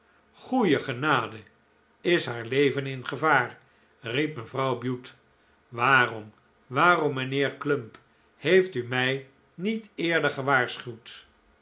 goeie genade is haar leven ingevaar riep mevrouw bute waarom waarom mijnheer clump heeft u mij niet eerder gewaarschuwd